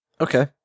Okay